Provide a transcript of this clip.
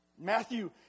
Matthew